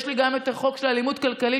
יש לי גם את חוק האלימות הכלכלית,